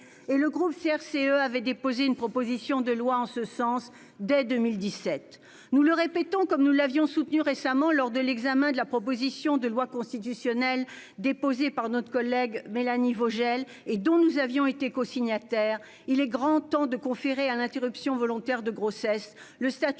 le groupe CRCE a déposé une proposition de loi en ce sens dès 2017. Nous le répétons, et comme nous l'avions soutenu récemment lors de l'examen de la proposition de loi constitutionnelle déposée par notre collègue Mélanie Vogel, dont nous étions cosignataires, il est grand temps de conférer à l'interruption volontaire de grossesse le statut